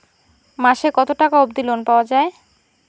মাসে কত টাকা অবধি লোন পাওয়া য়ায়?